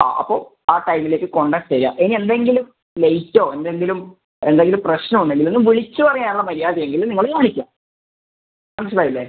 ആ അപ്പോൾ ആ ടൈമിലേക്ക് കൊണ്ടു തരുമോ ഇനി എന്തെങ്കിലും ലേറ്റോ എന്തെങ്കിലും എന്തെങ്കിലും പ്രശ്നം ഉണ്ടെങ്കില് ഒന്ന് വിളിച്ച് പറയാൻ ഉള്ള മര്യാദ എങ്കിലും നിങ്ങള് കാണിക്കണം മനസ്സിലായില്ലേ